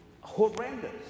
horrendous